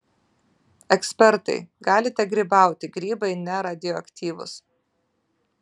ekspertai galite grybauti grybai neradioaktyvūs